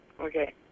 Okay